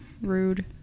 Rude